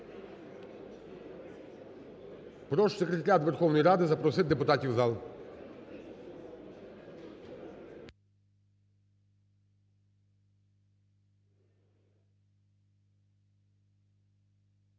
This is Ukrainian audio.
Прошу Секретаріат Верховної Ради запросити депутатів в зал.